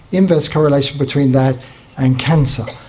inverse correlation between that and cancer.